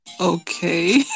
okay